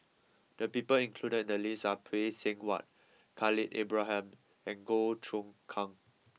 the people included in the list are Phay Seng Whatt Khalil Ibrahim and Goh Choon Kang